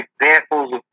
examples